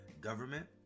government